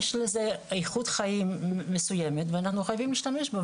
לגז יש איכות חיים מסוימת ואנחנו חייבים להשתמש בו,